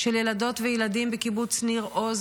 של ילדות וילדים בקיבוץ ניר עוז,